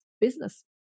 business